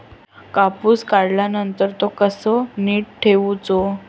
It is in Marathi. कापूस काढल्यानंतर तो कसो नीट ठेवूचो?